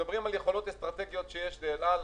מדברים על יכולות אסטרטגיות שיש לאל על.